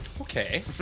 okay